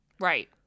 Right